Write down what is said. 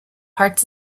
heart